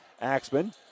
Axman